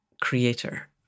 creator